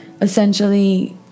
essentially